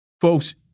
Folks